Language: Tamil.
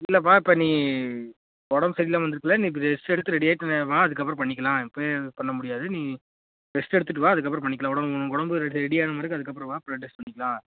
இல்லைப்பா இப்போ நீ உடம்பு சரி இல்லாமல் வந்திருக்கில நீ ரெஸ்ட் எடுத்து ரெடி ஆகிட்டு நீ வா அதுக்கப்புறம் பண்ணிக்கலாம் இப்பவே பண்ண முடியாது நீ ரெஸ்ட் எடுத்துட்டு வா அதுக்கப்புறம் பண்ணிக்கலாம் உடம்பு உடம்பு ரெடி ஆன பிறகு அதுக்கப்புறம் வா ப்ளட் டெஸ்ட் பண்ணிக்கலாம்